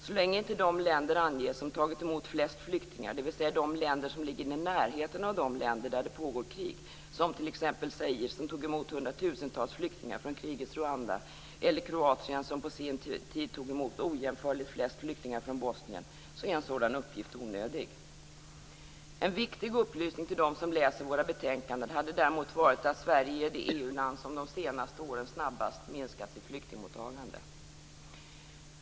Så länge inte de länder anges som tagit emot flest flyktingar - dvs. de länder som ligger i närheten av länder där det pågår krig t.ex. Zaire, som tog emot hundratusentals flyktingar från krigets Rwanda, eller Kroatien, som på sin tid tog emot ojämförligt flest flyktingar från Bosnien - är en sådan uppgift onödig. En viktig upplysning till dem som läser våra betänkanden hade däremot varit att Sverige är det EU-land som de senaste åren snabbast har minskat sitt flyktingmottagande.